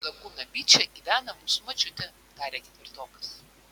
lagūna byče gyvena mūsų močiutė tarė ketvirtokas